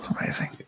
amazing